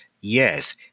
Yes